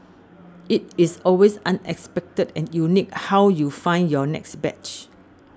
it is always unexpected and unique how you find your next badge